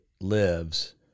lives